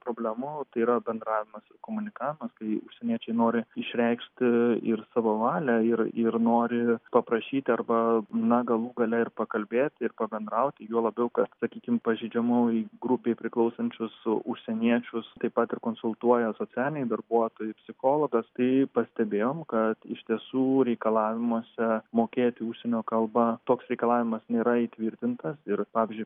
problemų tai yra bendravimas ir komunikavimas kai užsieniečiai nori išreikšti ir savo valią ir ir nori paprašyti arba na galų gale ir pakalbėti ir pabendrauti juo labiau kad sakykim pažeidžiamoj grupėj priklausančius užsieniečius taip pat konsultuoja socialiniai darbuotojai psichologas tai pastebėjom kad iš tiesų reikalavimuose mokėti užsienio kalbą toks reikalavimas nėra įtvirtintas ir pavyzdžiui